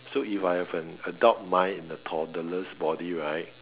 so if I have an adult mind in a toddler's body right